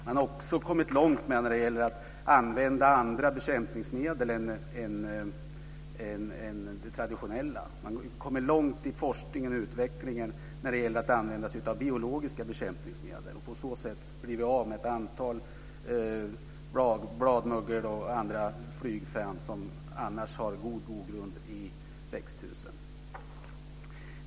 Man har också kommit långt när det gäller att använda andra bekämpningsmedel än de traditionella. Man har kommit långt i forskningen och utvecklingen när det gäller att använda sig av biologiska bekämpningsmedel och på så sätt blivit av med ett antal bladmögel och andra flygfän som annars har god grogrund i växthusen.